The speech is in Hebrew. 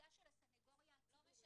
נציגה של הסנגוריה הציבורית -- זה לא משנה,